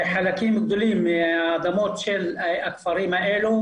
חלקים גדולים מהאדמות של הכפרים האלה,